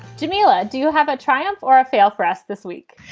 jameela do you have a triumph or a fail for us this week?